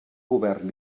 govern